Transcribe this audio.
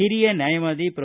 ಹಿರಿಯ ನ್ನಾಯವಾದಿ ಪ್ರೊ